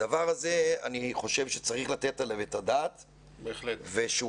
אני חושב שצריך לתת את הדעת על הדבר הזה ושהוא